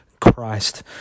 Christ